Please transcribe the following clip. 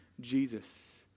Jesus